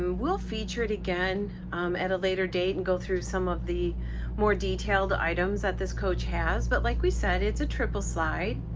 we'll feature it again at a later date and go through some of the more detailed items that this coach has. but like we said, it's a triple slide.